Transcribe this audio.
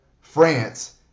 France